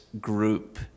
group